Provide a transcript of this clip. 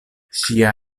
ŝia